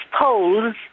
polls